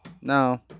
No